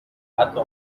حتی